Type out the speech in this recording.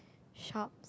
shop